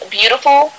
beautiful